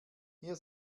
hier